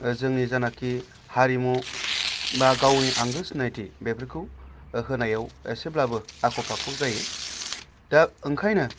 जोंनि जेनाखि हारिमु बा गावनि आंगो सिनायथि बेफोरखौ होनायाव एसेब्लाबो आख' फाख' जायो दा ओंखायनो